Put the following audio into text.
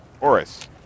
Oris